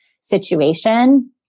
situation